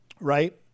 right